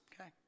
okay